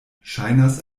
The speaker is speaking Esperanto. ŝajnas